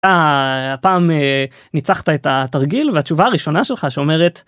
הפעם ניצחת את התרגיל והתשובה הראשונה שלך שאומרת.